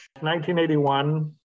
1981